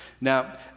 Now